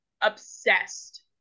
obsessed